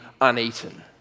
uneaten